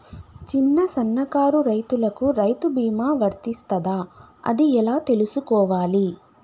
చిన్న సన్నకారు రైతులకు రైతు బీమా వర్తిస్తదా అది ఎలా తెలుసుకోవాలి?